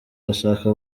bashaka